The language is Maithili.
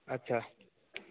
अच्छा